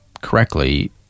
correctly